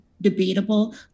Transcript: debatable